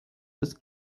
des